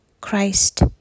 Christ